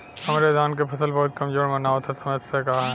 हमरे धान क फसल बहुत कमजोर मनावत ह समस्या का ह?